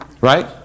Right